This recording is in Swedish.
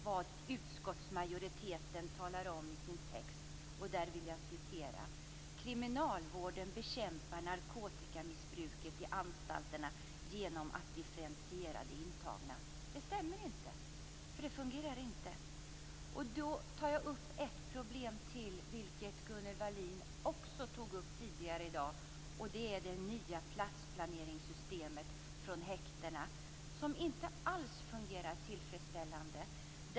Det utskottsmajoriteten säger stämmer inte alls, nämligen att kriminalvården bekämpar narkotikamissbruket i anstalterna genom att differentiera de intagna. Det stämmer inte. Det fungerar inte. I det sammanhanget vill jag ta upp ett problem till, vilket Gunnel Wallin också tog upp tidigare i dag, nämligen det nya platsplaneringssystemet som skall utgå från häktena. Det fungerar inte alls tillfredsställande.